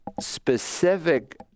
specific